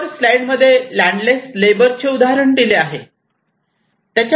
वर स्लाईड मध्ये landless labour चे उदाहरण दिले आहे